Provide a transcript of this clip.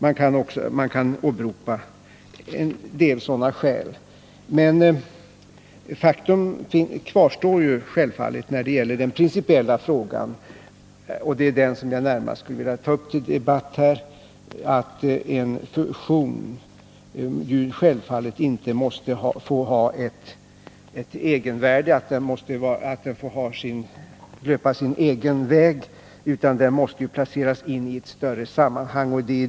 En del sådana skäl kan åberopas. Men trots detta kvarstår den principiella fråga som jag närmast skulle vilja ta upp till debatt här. Jag menar att en fusion självfallet inte enbart får ha ett egenvärde — att utvecklingen inte får löpa sin egen väg utan måste placeras in i ett större sammanhang.